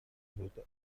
بوده